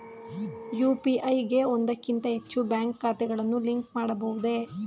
UPI ಗೆ ಒಂದಕ್ಕಿಂತ ಹೆಚ್ಚು ಬ್ಯಾಂಕ್ ಖಾತೆಗಳನ್ನು ಲಿಂಕ್ ಮಾಡಬಹುದೇ?